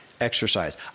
exercise